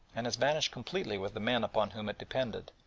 and has vanished completely with the men upon whom it depended,